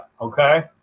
Okay